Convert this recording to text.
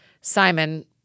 Simon